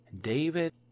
david